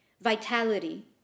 vitality